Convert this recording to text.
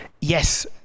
yes